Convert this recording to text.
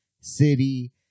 City